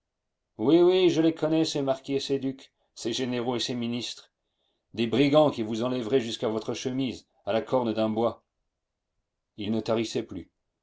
oui oui je les connais ces marquis et ces ducs ces généraux et ces ministres des brigands qui vous enlèveraient jusqu'à votre chemise à la corne d'un bois il ne tarissait plus